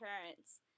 parents